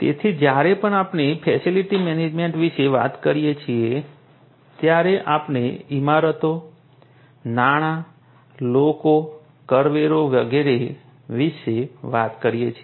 તેથી જ્યારે પણ આપણે ફેસિલિટી મેનેજમેન્ટ વિશે વાત કરીએ છીએ ત્યારે આપણે ઇમારતો નાણા લોકો કરારો વગેરે વિશે વાત કરીએ છીએ